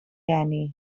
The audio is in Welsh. eni